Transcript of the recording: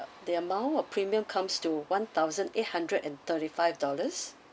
the amount of premium comes to one thousand eight hundred and thirty-five dollars